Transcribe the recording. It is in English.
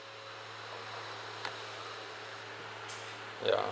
ya